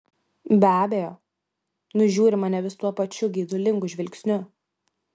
be abejo nužiūri mane vis tuo pačiu geidulingu žvilgsniu